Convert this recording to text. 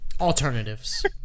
Alternatives